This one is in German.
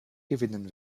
gewinnen